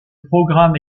programme